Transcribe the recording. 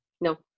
No